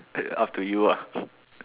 uh up to you ah